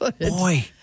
boy